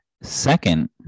second